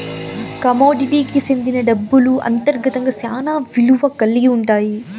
కమోడిటీకి సెందిన డబ్బులు అంతర్గతంగా శ్యానా విలువ కల్గి ఉంటాయి